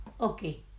Okay